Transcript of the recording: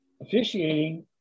officiating